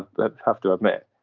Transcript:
but have to admit.